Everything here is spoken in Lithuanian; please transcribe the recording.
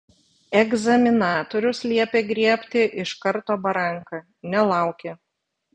egzaminatorius liepė griebti iš karto baranką nelaukė